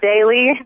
daily